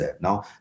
no